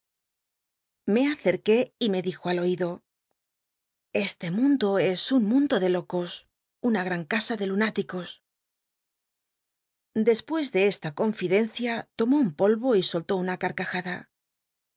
ic acciqué y me dijo al oído da vid copperfield este mundo es un mundo de locos una gmn casa de lunaticos despues de esla confidenda tomó un poll'o y soltó una ca